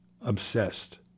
obsessed